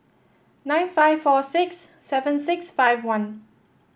nine five four six seven six five one